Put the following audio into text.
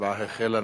ההצבעה החלה.